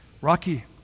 Rocky